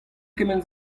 kement